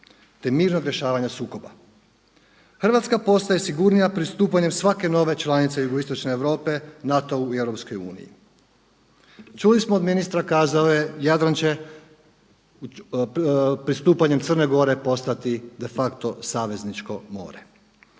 te mirnog rješavanja sukoba. Hrvatska postaje sigurnija pristupanjem svake nove članice Jugoistočne Europe NATO-u i EU. Čuli smo od ministra kazao je Jadran će pristupanjem Crne Gore postati de facto savezničko more.